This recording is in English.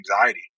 anxiety